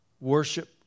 Worship